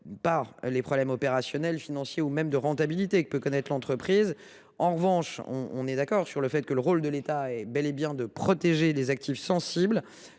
pas les problèmes opérationnels, financiers ou de rentabilité que peut connaître l’entreprise. En revanche, nous sommes d’accord sur le fait que le rôle de l’État est bel et bien de protéger les actifs sensibles